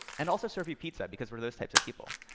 and also serve you pizza, because we're those types of people.